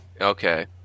Okay